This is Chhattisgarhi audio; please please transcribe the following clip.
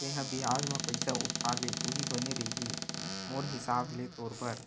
तेंहा बियाज म पइसा उठा ले उहीं बने रइही मोर हिसाब ले तोर बर,